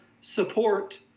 support